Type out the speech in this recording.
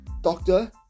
Doctor